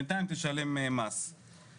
בינתיים תשלם עוד מס.